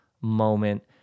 moment